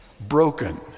Broken